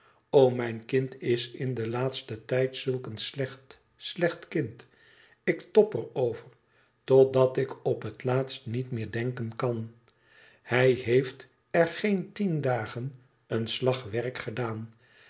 o mijn kind is in den laatsten tijd zulk een slecht slecht kind i ik tob er over totdat ik op het laatst niet meer denken kan hij heeft in geen tien dagen een slagwerk gedaan